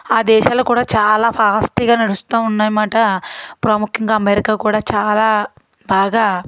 ఆ దేశాలలో కూడా చాలా ఫాస్ట్గా నడుస్తూ ఉన్నాయి అన్నమాట ప్రాముఖ్యంగా అమెరికా కూడా చాలా బాగా